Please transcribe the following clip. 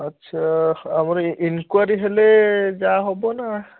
ଆଚ୍ଛା ଆମର ଇନକ୍ଵାରୀ ହେଲେ ଯାହା ହେବ ନା